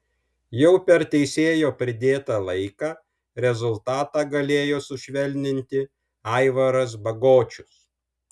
jau per teisėjo pridėtą laiką rezultatą galėjo sušvelninti aivaras bagočius